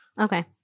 Okay